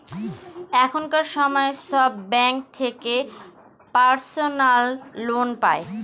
এখনকার সময় সব ব্যাঙ্ক থেকে পার্সোনাল লোন পাই